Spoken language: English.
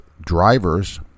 drivers